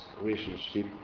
relationship